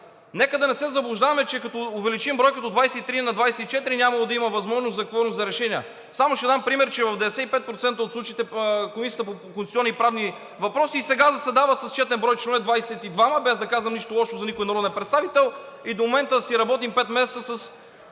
Нека да не се заблуждаваме, че като увеличим бройката от 23 на 24, нямало да има възможност за кворум за решения. Само ще дам пример, че в 95% от случаите Комисията по конституционни и правни въпроси и сега заседава с четен брой членове – двадесет и двама, без да казвам нищо лошо за никой народен представител. И до момента си работим пет месеца с